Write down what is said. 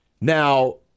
Now